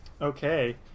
Okay